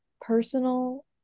personal